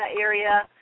area